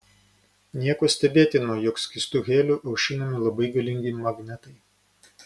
nieko stebėtino jog skystu heliu aušinami labai galingi magnetai